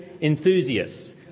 enthusiasts